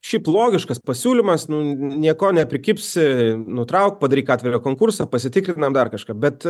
šiaip logiškas pasiūlymas nu nieko neprikibsi nutrauk padaryk atvirą konkursą pasitikrinam dar kažką bet